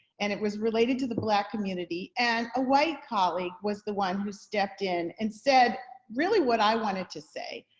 and it was related to the black community, and a white colleague was the one who stepped in and said really what i wanted to say.